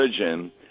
religion